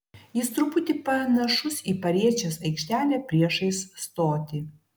jis truputį panašus į pariečės aikštelę priešais stotį